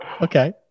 Okay